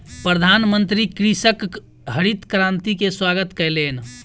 प्रधानमंत्री कृषकक हरित क्रांति के स्वागत कयलैन